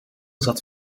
zat